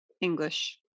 English